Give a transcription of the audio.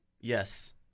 Yes